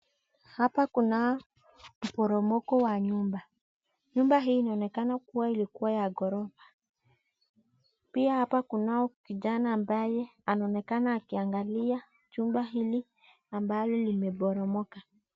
Hapa kuna mporomoko wa nyumba, nyumba hii inaonekana kuwa ilikua ya ghorofa pia hapa kunao kijana ambaye anaonekana akiangalia jumba hili ambalo limeporomoka.